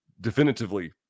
definitively